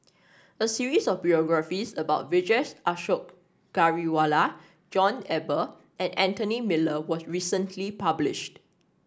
a series of biographies about Vijesh Ashok Ghariwala John Eber and Anthony Miller was recently published